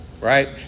Right